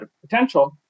potential